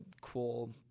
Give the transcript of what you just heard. cool